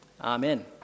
Amen